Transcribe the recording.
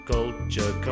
Culture